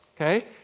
Okay